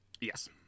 yes